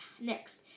next